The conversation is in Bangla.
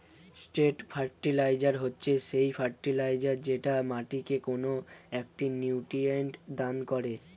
স্ট্রেট ফার্টিলাইজার হচ্ছে সেই ফার্টিলাইজার যেটা মাটিকে কোনো একটা নিউট্রিয়েন্ট দান করে